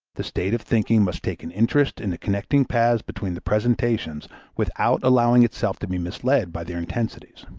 the state of thinking must take an interest in the connecting paths between the presentations without allowing itself to be misled by their intensities.